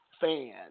fan